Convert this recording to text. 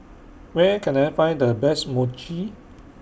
Where Can I Find The Best Mochi